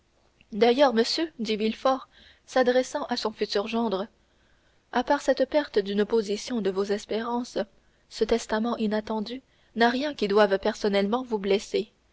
d'ailleurs monsieur dit villefort s'adressant à son futur gendre à part cette perte d'une portion de vos espérances ce testament inattendu n'a rien qui doive personnellement vous blesser